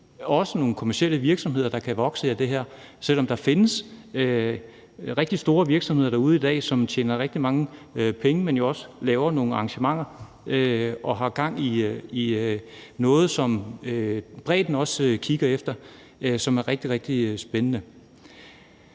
også nogle kommercielle virksomheder, der kan vokse af det her, selv om der findes nogle rigtig store virksomheder derude i dag, som tjener rigtig mange penge. Men de laver jo også nogle arrangementer og har gang i noget, som bredden også kigger efter, som er rigtig, rigtig spændende.